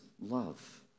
love